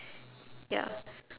ya